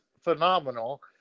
phenomenal